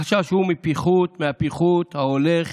החשש הוא מהפיחות ההולך